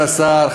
תודה.